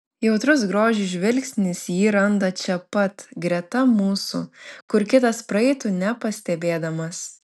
jautrus grožiui žvilgsnis jį randa čia pat greta mūsų kur kitas praeitų nepastebėdamas